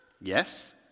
Yes